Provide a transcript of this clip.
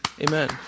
Amen